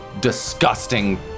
disgusting